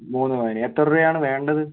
മൂന്ന് പവന് എത്ര രൂപയാണ് വേണ്ടത്